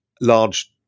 large